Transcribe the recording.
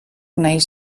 nahiz